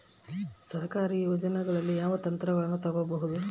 ಸರ್ಕಾರಿ ಯೋಜನೆಗಳಲ್ಲಿ ಯಾವ ಯಂತ್ರಗಳನ್ನ ತಗಬಹುದು?